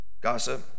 Gossip